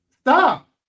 Stop